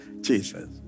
Jesus